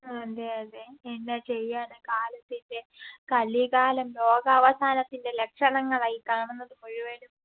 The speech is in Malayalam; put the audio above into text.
അതെ അതെ എന്നാ ചെയ്യാനാണ് കാലത്തിൻ്റെ കലികാലം ലോകാവസാനത്തിൻ്റെ ലക്ഷണങ്ങളാണ് ഈ കാണുന്നത് മുഴുവനും